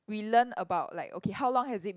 we learn about like okay how long has it